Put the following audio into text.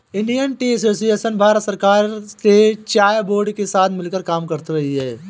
Indian Tea Association Bharat सरकार के चाय बोर्ड के साथ मिलकर कार्य करती है